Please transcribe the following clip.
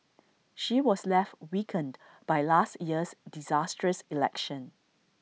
she was left weakened by last year's disastrous election